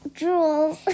jewels